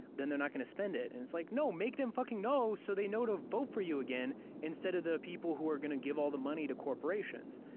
then they're not gonna spend it. and it's like, no make them fucking know so they know to vote for you again instead of the people who are gonna give all the money to corporations.